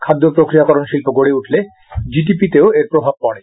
খাদ্য প্রক্রিয়াকরণ শিল্প গডে উঠলে জি ডি পি তেও এর প্রভাব পডে